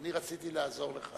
אני רציתי לעזור לך.